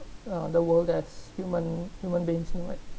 uh the world as human human beings might